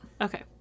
Okay